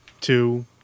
two